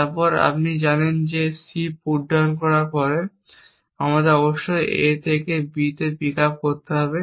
তারপর আমরা জানি যে c পুটডাউন করার পরে আমাদের অবশ্যই A থেকে B পিক আপ করতে হবে